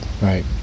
right